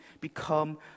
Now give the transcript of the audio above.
become